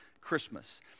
Christmas